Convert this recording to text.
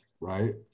right